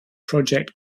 project